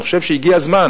אני חושב שהגיע הזמן,